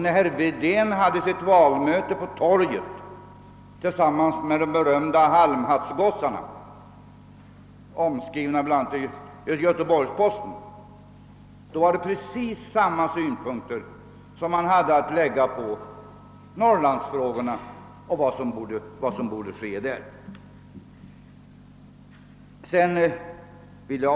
När herr Wedén hade sitt valmöte på torget i Umeå tillsammans med de berömda halmhattsgos sarna, omskrivna i bl.a. Göteborgs-Posten, anlades precis samma synpunkter på Norrlandsfrågorna.